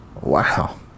Wow